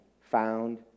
found